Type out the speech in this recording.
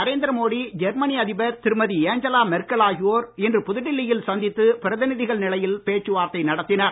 Narendra Modi Germany அதிபர் திருமதி Angela Merkel ஆகியோர் இன்று புதுடெல்லியில் சந்தித்து பிரதிநிதிகள் நிலையில் பேச்சுவார்த்தை நடத்தினர்